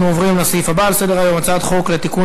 אנחנו עוברים לסעיף הבא בסדר-היום: הצעת חוק לתיקון